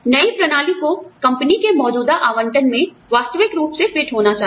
नई प्रणाली को कंपनी के मौजूदा आवंटन में वास्तविक रूप से फिट होना चाहिए